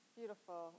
Beautiful